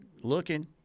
looking